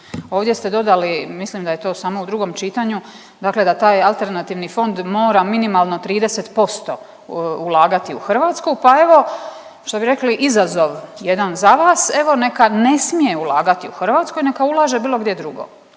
Ovdje ste dodali mislim da je to samo u drugom čitanju da taj alternativni fond mora minimalno 30% ulagati u Hrvatsku, pa evo što bi rekli izazov jedan za vas evo neka ne smije ulagati u Hrvatskoj neka ulaže bilo gdje drugo.